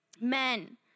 Men